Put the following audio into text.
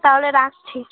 তাহলে রাখছি